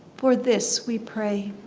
for this we pray.